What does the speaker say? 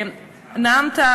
נאמת,